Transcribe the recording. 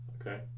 Okay